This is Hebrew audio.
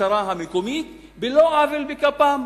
המשטרה המקומית, על לא עוול בכפם.